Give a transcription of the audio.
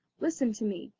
listen to me,